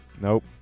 nope